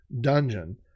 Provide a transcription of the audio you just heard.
Dungeon